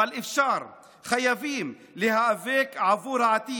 אבל אפשר וחייבים להיאבק עבור העתיד,